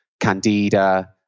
candida